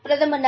பிரதமர் திரு